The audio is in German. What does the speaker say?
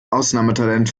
ausnahmetalent